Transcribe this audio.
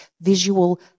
visual